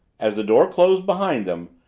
as the door closed behind them,